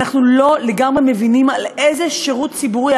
אנחנו לא מבינים על איזה שירות ציבורי,